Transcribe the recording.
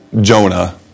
Jonah